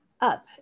up